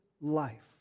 life